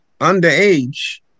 underage